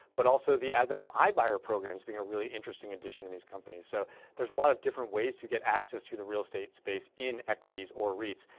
but also the advent of i-buyer programs being a really interesting addition to these companies. so there's a lot of different ways to get access to the real estate space in equities or reits.